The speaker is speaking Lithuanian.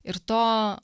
ir to